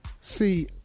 See